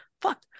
fuck